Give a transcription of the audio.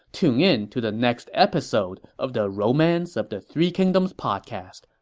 tune in to the next episode of the romance of the three kingdoms podcast.